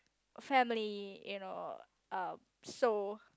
family you know uh so